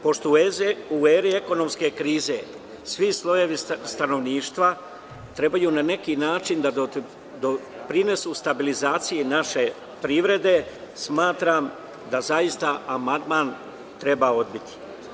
Pošto u eri ekonomske krize svi slojevi stanovništva trebaju na neki način da doprinesu stabilizaciji naše privrede, smatram da zaista amandman treba odbiti.